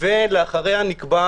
ואחריה נקבע